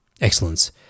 excellence